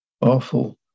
awful